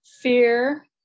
fear